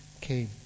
came